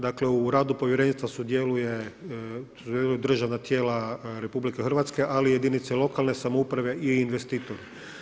Dakle, u radu povjerenstva sudjeluje državna tijela RH ali i jedinice lokalne samouprave i investitor.